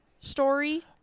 story